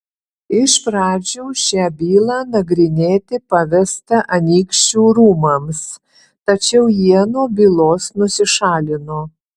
iš pradžių šią bylą nagrinėti pavesta anykščių rūmams tačiau jie nuo bylos nusišalino